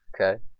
Okay